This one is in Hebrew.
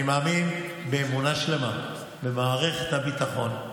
אני מאמין באמונה שלמה במערכת הביטחון,